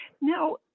now